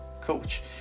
coach